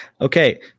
Okay